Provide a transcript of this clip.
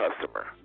customer